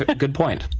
but good point